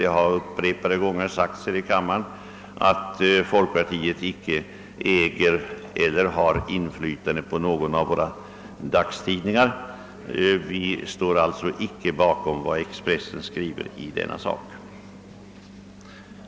Det har upprepade gånger sagts i kammaren att folkpartiet inte äger inflytande på någon av dagstidningarna. Vi står alltså inte bakom vad tidningen Expressen skrivit i denna fråga.